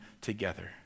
together